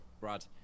Brad